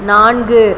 நான்கு